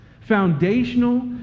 Foundational